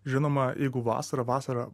žinoma jeigu vasara vasara